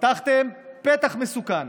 פתחתם פתח מסוכן